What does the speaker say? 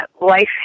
life